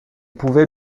pouvait